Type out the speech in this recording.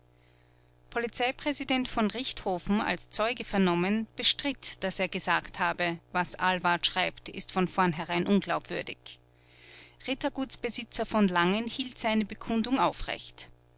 polizeipräsident v richthofen als zeuge vernommen bestritt daß er gesagt habe was ahlwardt schreibt ist von vornherein unglaubwürdig rittergutsbesitzer v langen hielt seine bekundung aufrecht